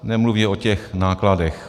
Nemluvě o těch nákladech.